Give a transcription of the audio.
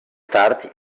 tard